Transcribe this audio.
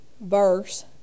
verse